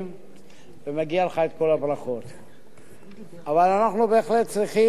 אבל אנחנו בהחלט צריכים קודם כול לומר שאנחנו עוסקים היום בכבאים,